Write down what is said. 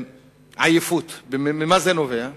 עייפות, ממה היא נובעת?